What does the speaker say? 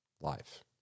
life